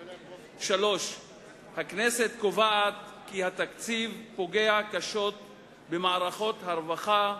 3. הכנסת קובעת כי התקציב פוגע קשות במערכות הרווחה,